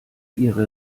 ihre